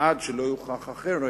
ועד שלא יוכח אחרת,